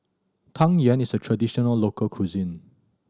Tang Yuen is a traditional local cuisine